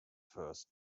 first